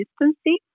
consistency